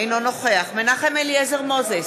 אינו נוכח מנחם אליעזר מוזס,